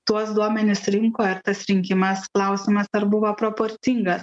tuos duomenis rinko ir tas rinkimas klausimas ar buvo proporcingas